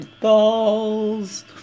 balls